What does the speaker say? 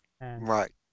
Right